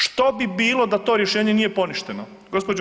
Što bi bilo da to rješenje nije poništeno? gđo.